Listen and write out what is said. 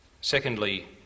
Secondly